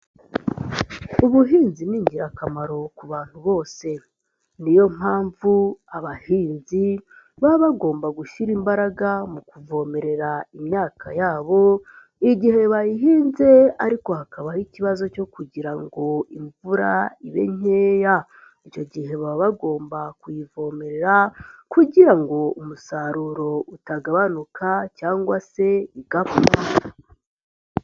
Ubuhinzi ni ingirakamaro ku bantu bose niyo mpamvu abahinzi baba bagomba gushyira imbaraga mu kuvomerera imyaka yabo igihe bayihinze ariko hakabaho ikibazo cyo kugira ngo imvura ibe nkeya icyo gihe baba bagomba kuyivomerera kugira ngo umusaruro utagabanuka cyangwa se bigapfa.